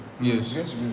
Yes